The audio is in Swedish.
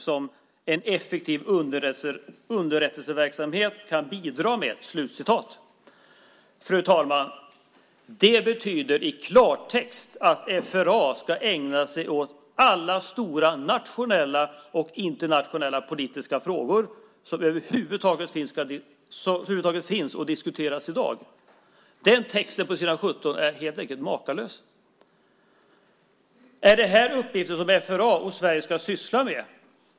som en effektiv underrättelseverksamhet kan bidra med." Fru talman! Det betyder i klartext att FRA ska ägna sig åt alla stora nationella och internationella politiska frågor som över huvud taget finns och diskuteras i dag. Den texten på s. 17 är helt enkelt makalös. Är det här uppgifter som FRA och Sverige ska syssla med?